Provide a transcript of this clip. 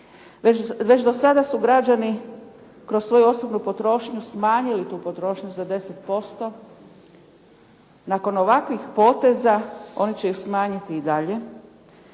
Već do sada su građani kroz svoju osobnu potrošnju smanjili tu potrošnju za 10%. Nakon ovakvih poteza oni će ju smanjiti i dalje